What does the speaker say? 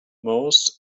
most